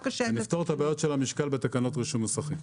את עניין המשקל נפתור בתקנות רישוי מוסכים.